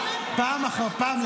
פעם אחר פעם,